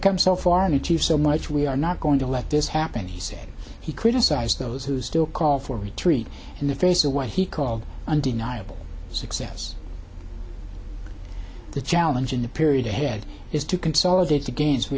income so far and to so much we are not going to let this happen he said he criticized those who still call for retreat in the face of what he called undeniable success the challenge in the period ahead is to consolidate the gains we